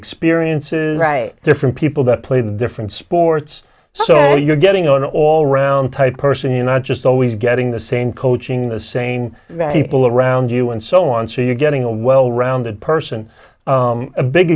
experiences right different people that play different sports so you're getting on all around type person you not just always getting the same coaching the sane people around you and so on so you're getting a well rounded person a big